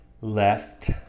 left